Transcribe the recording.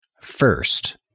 First